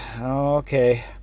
Okay